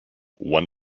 one